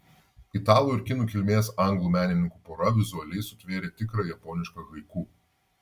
italų ir kinų kilmės anglų menininkų pora vizualiai sutvėrė tikrą japonišką haiku